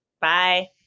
Bye